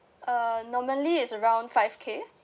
uh normally it's around five K